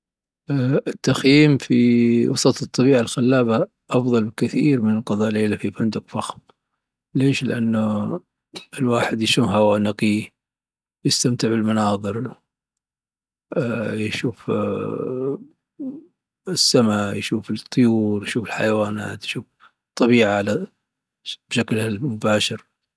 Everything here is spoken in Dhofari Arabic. التخييم في وسط الطبيعة الخلابة أفضل بكثير من قضاء ليلة في فندق فخم. ليش؟ لأنه الواحد يشم هواء نقي ويستمتع بالمناظر، يشوف السماء ويشوف الطيور ويشوف الحيوانات، يشوف الطبيعة بشكل المباشر.